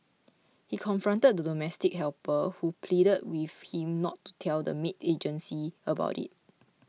he confronted the domestic helper who pleaded with him not to tell the maid agency about it